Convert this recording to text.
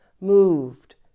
moved